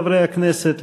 חברי הכנסת,